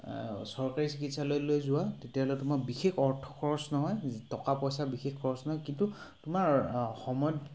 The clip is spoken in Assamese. চৰকাৰী চিকিৎসালয়লৈ যোৱা তেতিয়াহ'লে তোমাৰ বিশেষ অৰ্থ খৰচ নহয় টকা পইচা বিশেষ খৰচ নহয় কিন্তু তোমাৰ সময়ত